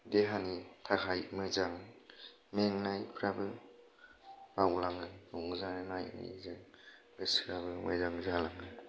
देहानि थाखाय मोजां मेंनायफ्राबो बावलाङो रंजानायजों गोसोयाबो मोजां जालाङो